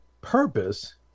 purpose